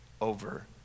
over